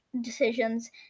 decisions